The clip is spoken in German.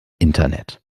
internet